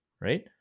right